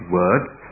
words